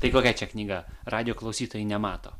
tai kokia čia knyga radijo klausytojai nemato